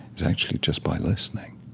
is actually just by listening.